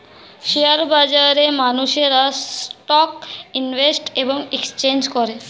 share বাজারে মানুষেরা stock invest এবং এক্সচেঞ্জ করে